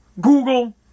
Google